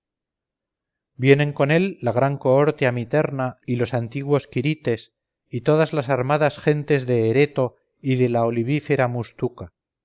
vienen con él la gran cohorte amiterna y los antiguos quirites y todas las armadas gentes de ereto y de la olivífera mutusca los de la